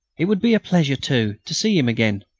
it would be a pleasure, too, to see him again.